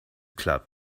club